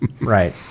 right